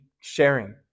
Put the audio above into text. sharing